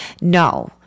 No